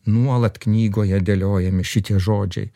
nuolat knygoje dėliojami šitie žodžiai